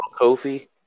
Kofi